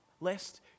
lest